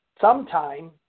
sometime